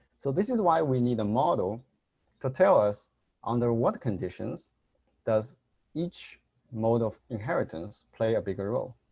so this is why we need a model to tell us under what conditions does each mode of inheritance play a bigger role.